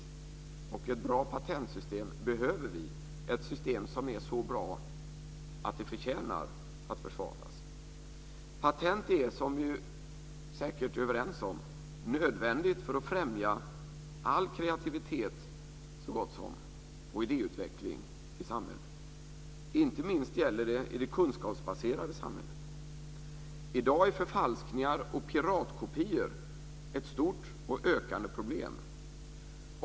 Vi behöver ett bra patentsystem, ett system som är så bra att det förtjänar att försvaras. Patent är, som vi säkert är överens om, nödvändigt för att främja så gott som all nödvändig kreativitet och idéutveckling i samhället. Det gäller inte minst i det kunskapsbaserade samhället. I dag är förfalskningar och piratkopior ett stort och ökande problem.